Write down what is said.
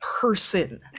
person